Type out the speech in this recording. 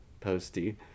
posty